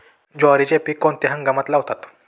ज्वारीचे पीक कोणत्या हंगामात लावतात?